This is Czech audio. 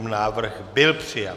Návrh byl přijat.